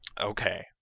Okay